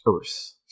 Earth